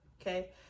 Okay